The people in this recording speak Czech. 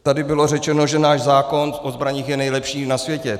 Tady bylo řečeno, že náš zákon o zbraních je nejlepší na světě.